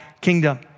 kingdom